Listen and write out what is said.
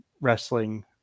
wrestling